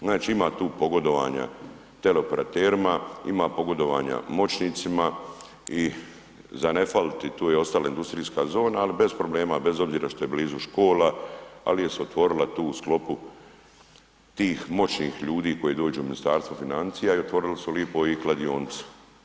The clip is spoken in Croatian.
Znači ima tu pogodovanja teleoperaterima, ima pogodovanja moćnicima i za nefaliti tu je ostala industrijska zona, ali problema, bez obzira što je blizu škola, ali je se otvorila tu u sklopu tih moćnih ljudi koji dođu u Ministarstvo financija i otvorili su lipo i kladionicu.